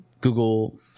Google